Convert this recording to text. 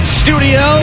studio